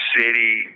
City